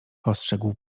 ostrzegł